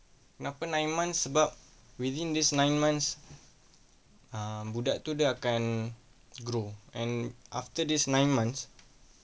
kenapa nine months sebab within this nine months um budak tu dia akan grow and after this nine months